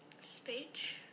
Speech